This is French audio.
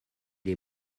les